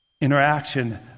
interaction